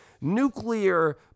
nuclear